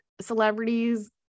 celebrities